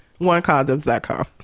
OneCondoms.com